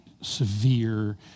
severe